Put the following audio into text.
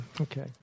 Okay